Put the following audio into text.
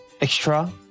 extra